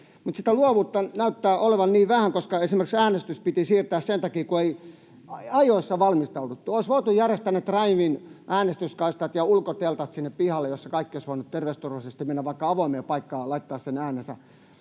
sitä luovuutta näyttää olevan niin vähän, koska esimerkiksi äänestys piti siirtää sen takia, kun ei ajoissa valmistauduttu. Olisi voitu järjestää ne drive-in-äänestyskaistat ja ulkoteltat sinne pihalle, missä kaikki olisivat voineet terveysturvallisesti mennä vaikka avoimeen paikkaan ja laittaa sen äänensä